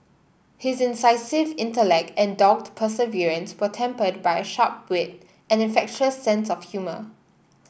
his incisive intellect and dogged perseverance were tempered by a sharp wit and infectious sense of humour